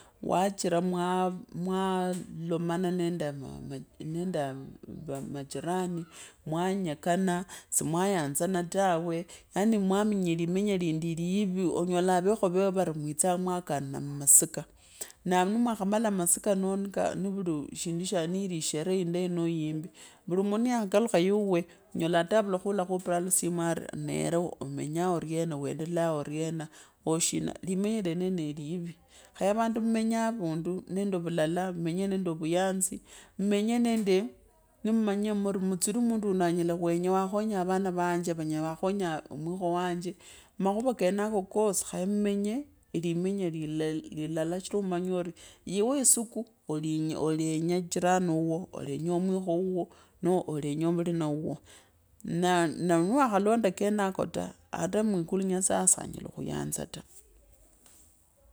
Wachira mwamwalomana nende maa nende mochirani, mwenyekana, si mwanyanzana tawe, yaana mwamenya limenya lindi liivi onyola avekha vewuuo vetsaa mwakaanira mumasika na ni mwakhamutu amasika noo nika noo nivuli niiri sherehe indaye nse imbi vuli mundu niyakhokalukha iwuuwe onyola ara avulukhe alakhupiraa lusiuvuu ari neeleva amenyaa oriena weendelea oriena, ooh shina, limenya iyenevo niliivi, khaya vandu mukenye avundu, nende vulala, mumenye nende vuyanzi, mumenye nende ni mumanyire muri mutsutsi mundu wuuno anyela kwenya akhonye avanq vanje ananyala wakhonya mwikho wanje, makhuva kenako kasi khaya mumanye limenya li lilala. Shichira umanyire ori yiko isiku oli olanya jirani wuuwo olenya mwikho wuuwo, olenya mulina wuuwo na na nuoakhalonda kenakataa, ata mwikuli nyasaye sanyala khuyanza ta. Shina ta, fundu fune fuvere muvenjeri, nyasaye ya khuichesari ari mwakhunyala khwalyia, ori mukhanyala khumenya na vandii mwakhunyala khuvakusya ofundu khwakha life khwakheresya vandu vari khulaspishanga ofundu etsishiringi tsi nyishi nende tsiviri. Chin chikenyekhane ta, enya ata nyasaye saa nyala khuyanza tu, na khandi akhamenya tsa nalinende ni jirani nende jirani wuuo wa murakho tsa makhuva, makhuva, makhuva nyasaye saa ngulakhuyanzi ta, sichira kasi kenyele wamukhora pora nuli mwanauo noo nalimokho wuuo, yasi wamenya avindu na vandi lakini sivamukhuramo luchenda wanenyo havundu na vandu lakini va muletala ta kama.